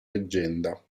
leggenda